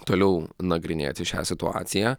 toliau nagrinėti šią situaciją